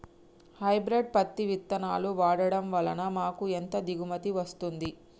Hybrid పత్తి విత్తనాలు వాడడం వలన మాకు ఎంత దిగుమతి వస్తుంది?